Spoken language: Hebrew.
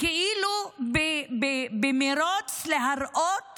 כאילו במרוץ להראות